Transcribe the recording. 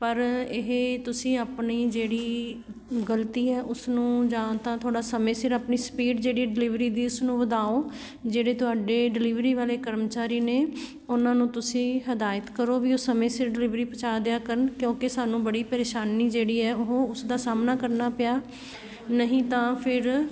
ਪਰ ਇਹ ਤੁਸੀਂ ਆਪਣੀ ਜਿਹੜੀ ਗਲਤੀ ਹੈ ਉਸ ਨੂੰ ਜਾਂ ਤਾਂ ਥੋੜ੍ਹਾ ਸਮੇਂ ਸਿਰ ਆਪਣੀ ਸਪੀਡ ਜਿਹੜੀ ਡਿਲੀਵਰੀ ਦੀ ਉਸ ਨੂੰ ਵਧਾਉ ਜਿਹੜੇ ਤੁਹਾਡੇ ਡਿਲੀਵਰੀ ਵਾਲੇ ਕਰਮਚਾਰੀ ਨੇ ਉਹਨਾਂ ਨੂੰ ਤੁਸੀਂ ਹਦਾਇਤ ਕਰੋ ਵੀ ਉਹ ਸਮੇਂ ਸਿਰ ਡਿਲੀਵਰੀ ਪਹੁੰਚਾ ਦਿਆ ਕਰਨ ਕਿਉਂਕਿ ਸਾਨੂੰ ਬੜੀ ਪਰੇਸ਼ਾਨੀ ਜਿਹੜੀ ਹੈ ਉਹ ਉਸ ਦਾ ਸਾਹਮਣਾ ਕਰਨਾ ਪਿਆ ਨਹੀਂ ਤਾਂ ਫਿਰ